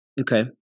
Okay